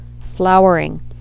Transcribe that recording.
flowering